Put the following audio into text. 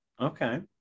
okay